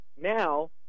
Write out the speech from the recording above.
Now